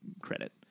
credit